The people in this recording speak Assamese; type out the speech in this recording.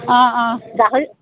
অ' অ' গাহৰি